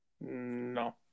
no